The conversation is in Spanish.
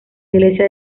iglesia